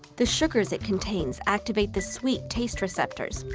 the sugars it contains activate the sweet-taste receptors,